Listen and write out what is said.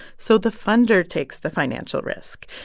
so the funder takes the financial risk.